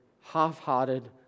half-hearted